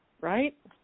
right